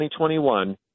2021